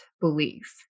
belief